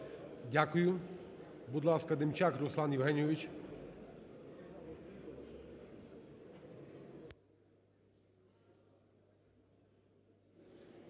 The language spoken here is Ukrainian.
Дякую.